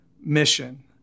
mission